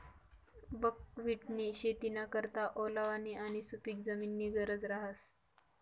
बकव्हिटनी शेतीना करता ओलावानी आणि सुपिक जमीननी गरज रहास